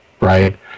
right